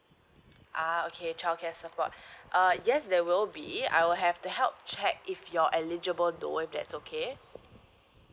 uh okay childcare support uh yes there will be I will have to help check if you're eligible though if that's okay